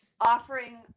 Offering